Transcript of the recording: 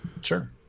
sure